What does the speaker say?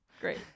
Great